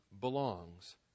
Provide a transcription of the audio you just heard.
belongs